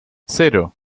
cero